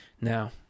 now